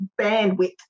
bandwidth